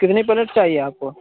کتنی پلیٹ چاہیے آپ کو